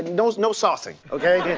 there was no saucing, ok? yeah